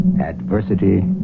Adversity